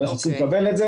הצוות מורכב ממורי דרך,